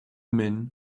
men